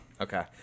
Okay